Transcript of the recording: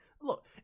Look